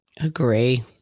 Agree